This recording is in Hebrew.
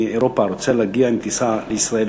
מאירופה רוצה להגיע עם טיסה לישראל,